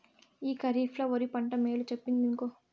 ఈ కరీఫ్ ల ఒరి పంట మేలు చెప్పిందినుకో